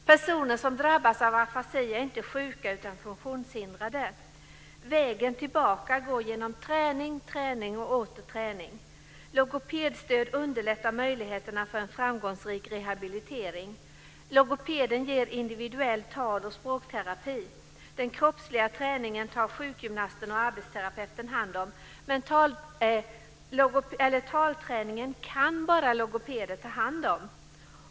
Personer som drabbas av afasi är inte sjuka utan funktionshindrade. Vägen tillbaka går genom träning och åter träning. Logopedstöd förbättrar möjligheterna för en framgångsrik rehabilitering. Logopeden ger individuell tal och språkterapi. Den kroppsliga träningen tar sjukgymnasten och arbetsterapeuten hand om, men talträningen kan bara logopeden ta hand om.